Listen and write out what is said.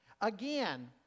again